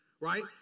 right